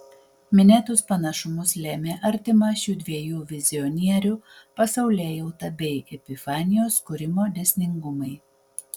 minėtus panašumus lėmė artima šių dviejų vizionierių pasaulėjauta bei epifanijos kūrimo dėsningumai